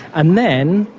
and then,